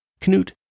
Knut